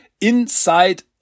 inside